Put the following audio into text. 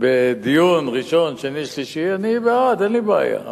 בדיון ראשון, שני, שלישי, אני בעד, אין לי בעיה.